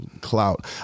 clout